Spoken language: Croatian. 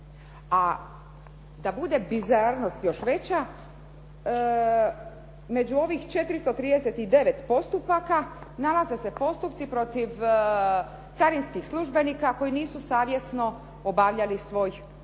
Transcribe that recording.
A da bude bizarnost još veća među ovih 439 postupaka nalaze se postupci protiv carinskih službenika koji nisu savjesno obavljali svoj posao.